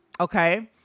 Okay